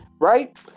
Right